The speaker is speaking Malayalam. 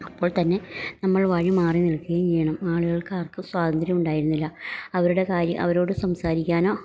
അപ്പോൾ തന്നെ നമ്മൾ വഴി മാറി നിൽക്കുകയും ചെയ്യണം ആള്കൾക്കാർക്കും സ്വാതന്ത്ര്യം ഉണ്ടായിരുന്നില്ല അവരുടെ കാര്യം അവരോട് സംസാരിക്കാനോ